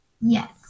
Yes